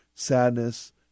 sadness